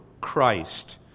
Christ